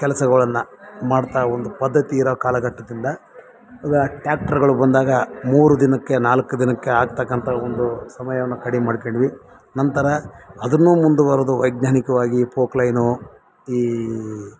ಕೆಲಸಗಳನ್ನು ಮಾಡ್ತಾ ಒಂದು ಪದ್ದತಿಯಿರೋ ಕಾಲಘಟ್ಟದಿಂದ ಇವಾಗ ಟ್ಯಾಕ್ಟ್ರ್ಗಳು ಬಂದಾಗ ಮೂರು ದಿನಕ್ಕೆ ನಾಲ್ಕು ದಿನಕ್ಕೆ ಅಗತಕ್ಕಂಥ ಒಂದು ಸಮಯವನ್ನ ಕಡಿಮೆ ಮಾಡ್ಕೊಂಡ್ವಿ ನಂತರ ಅದನ್ನೂ ಮುಂದುವರೆದು ವೈಜ್ಞಾನಿಕವಾಗಿ ಪೋಕ್ಲೈನು ಈ